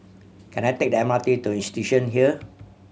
can I take the M R T to Institution Hill